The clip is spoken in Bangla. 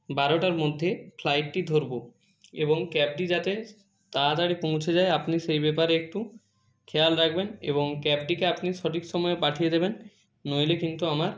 বারোটার মধ্যে ফ্লাইটটি ধরবো এবং ক্যাবটি যাতে তাড়াতাড়ি পৌঁছে যায় আপনি সেই ব্যাপারে একটু খেয়াল রাখবেন এবং ক্যাবটিকে আপনি সঠিক সময়ে পাঠিয়ে দেবেন নইলে কিন্তু আমার